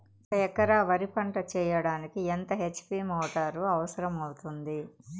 ఒక ఎకరా వరి పంట చెయ్యడానికి ఎంత హెచ్.పి మోటారు అవసరం అవుతుంది?